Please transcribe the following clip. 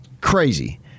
crazy